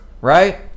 right